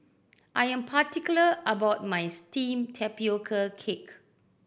I am particular about my steamed tapioca cake